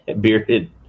Bearded